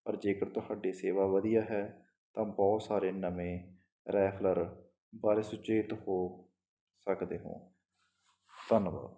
ਪਰ ਜੇਕਰ ਤੁਹਾਡੀ ਸੇਵਾ ਵਧੀਆ ਹੈ ਤਾਂ ਬਹੁਤ ਸਾਰੇ ਨਵੇਂ ਰੈਫਲਰ ਬਾਰੇ ਸੁਚੇਤ ਹੋ ਸਕਦੇ ਹੋ ਧੰਨਵਾਦ